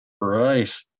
Right